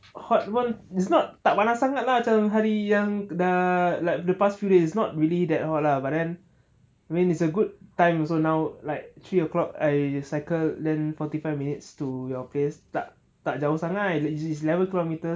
hot pun it's not tak panas sangat macam hari yang dah like the past few days it's not really that got lah but then I mean its a good time also now like three o'clock I cycle then forty five minutes to your place tak tak jauh sangat it's eleven kilometers